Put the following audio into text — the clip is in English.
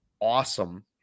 awesome